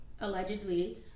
allegedly